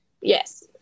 Yes